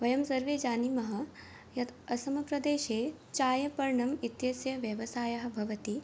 वयं सर्वे जानीमः यत् असमप्रदेशे चायपर्णम् इत्यस्य व्यवसायः भवति